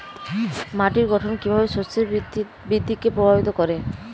মাটির গঠন কীভাবে শস্যের বৃদ্ধিকে প্রভাবিত করে?